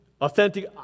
authentic